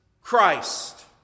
Christ